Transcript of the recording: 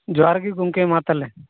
ᱡᱚᱦᱟᱨ ᱜᱮ ᱜᱚᱢᱠᱮ ᱢᱟ ᱛᱟᱦᱚᱞᱮ